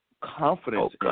confidence